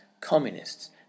communists